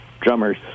drummers